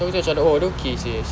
so aku cam oh dia okay jer actually